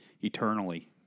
eternally